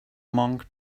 monk